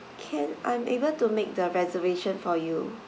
can I'm able to make the reservation for you